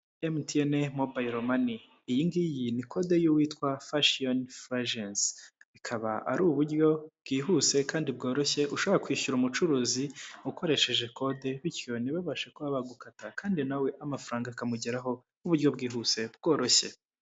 MTN mobayiro mani, iyi ngiyi ni kode y'uwitwa Fashion Frigrance, ikaba ari uburyo bwihuse kandi bworoshye ushobora kwishyura umucuruzi ukoresheje kode, bityo ntibabashe kuba bagukata kandi nawe amafaranga akamugeraho mu buryo bwihuse bworoshye.